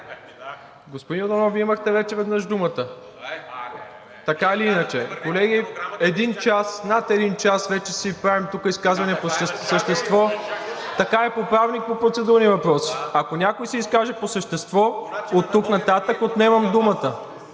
Господин Йорданов, Вие имахте вече веднъж думата, така или иначе. Колеги, над един час вече си правим тук изказвания по същество. Така е по Правилник по процедурни въпроси. Ако някой се изкаже по същество оттук нататък, отнемам думата,